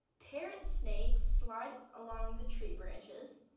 parrot snakes slide along the tree branches.